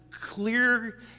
clear